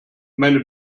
meine